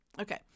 Okay